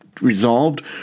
resolved